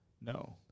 No